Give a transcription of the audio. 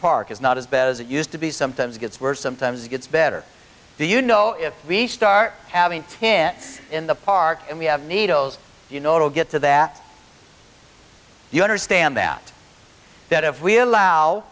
park is not as bad as it used to be sometimes it gets worse sometimes it gets better you know if we start having can't see in the park and we have needles you know to get to that you understand that that if we allow